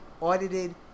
audited